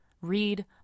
read